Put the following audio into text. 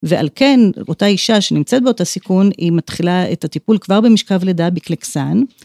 ועל כן, אותה אישה שנמצאת באותה סיכון, היא מתחילה את הטיפול כבר במשכב לידה בקלקסן.